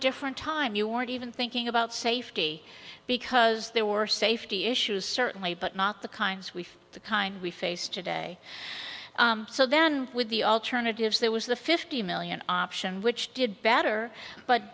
different time you weren't even thinking about safety because there were safety issues certainly but not the kinds we face the kind we face today so then with the alternatives there was the fifty million option which did better but